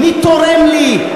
מי תורם לי,